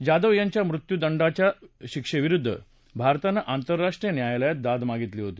जाधव यांच्या मृत्यूदंडाच्या शिक्षिविरुद्ध भारतानं आंतरराष्ट्रीय न्यायालयात दाद मागितली होती